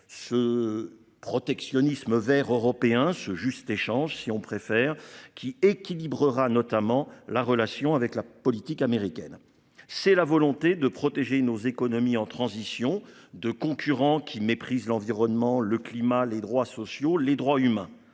Ce. Protectionnisme Vert européen ce juste échange, si on préfère qui équilibrera notamment la relation avec la politique américaine, c'est la volonté de protéger nos économies en transition de concurrents qui méprisent l'environnement, le climat, les droits sociaux, les droits humains.